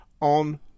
on